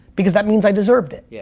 because that means i deserved it. yeah